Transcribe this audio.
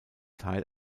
teil